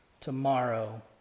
tomorrow